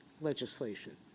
legislation